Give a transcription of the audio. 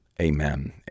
amen